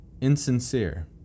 insincere